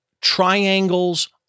triangles